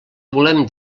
volem